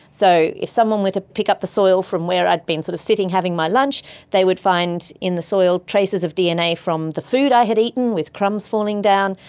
so if someone were to pick up the soil from where i had been sort of sitting having my lunch they would find in the soil traces of dna from the food i had eaten, with crumbs falling down,